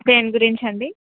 దేని గురించండీ